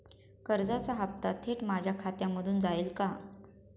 कर्जाचा हप्ता थेट माझ्या खात्यामधून जाईल का?